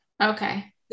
Okay